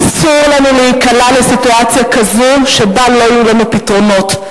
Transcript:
אסור לנו להיקלע לסיטואציה כזאת שבה לא יהיו לנו פתרונות,